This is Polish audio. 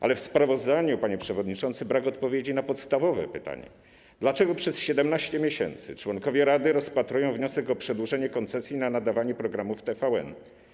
Ale w sprawozdaniu, panie przewodniczący, brak odpowiedzi na podstawowe pytanie, dlaczego przez 17 miesięcy członkowie rady rozpatrują wniosek o przedłużenie koncesji na nadawanie programów TVN.